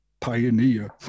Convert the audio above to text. pioneer